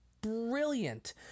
brilliant